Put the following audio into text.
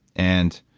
and